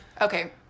Okay